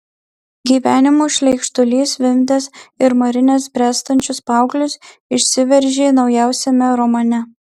gyvenimo šleikštulys vimdęs ir marinęs bręstančius paauglius išsiveržė naujausiame romane